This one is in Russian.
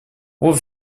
вот